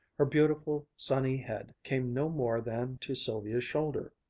her beautiful sunny head came no more than to sylvia's shoulder.